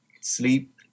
sleep